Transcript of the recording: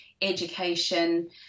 education